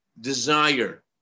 desire